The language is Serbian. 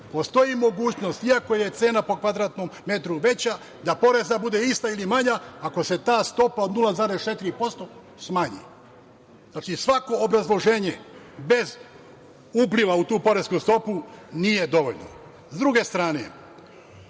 postoji mogućnost i ako je cena po kvadratno metru veća da porez bude isti ili manji, ako se ta stopa od 0,4% smanji. Znači, svako obrazloženje bez upliva u tu poresku stopu nije dovoljno.S druge strane,